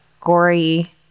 gory